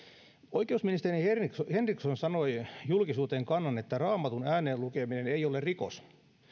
oikeusministeri henriksson sanoi julkisuuteen kannan että raamatun ääneen lukeminen ei ole rikos